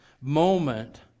moment